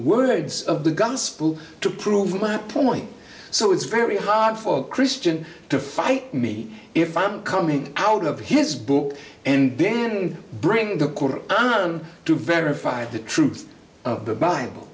words of the gun spool to prove my point so it's very hard for a christian to fight me if i'm coming out of his book and began bringing the un to verify the truth of the bible